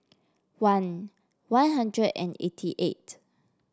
one One Hundred and eighty eight